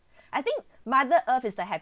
I think mother earth is the